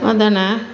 அதுதான